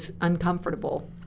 uncomfortable